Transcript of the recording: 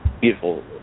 beautiful